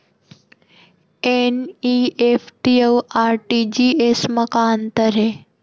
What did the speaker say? NEFT अऊ RTGS मा का अंतर हे?